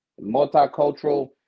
multicultural